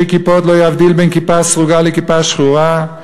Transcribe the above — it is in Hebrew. כיפות לא יבדיל בין כיפה סרוגה לכיפה שחורה,